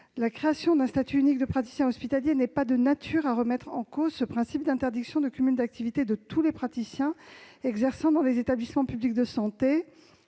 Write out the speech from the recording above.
La création d'un statut unique de praticien hospitalier n'est pas de nature à remettre en cause ce principe d'interdiction de cumul d'activités de tous les praticiens exerçant dans des établissements publics de santé